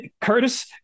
Curtis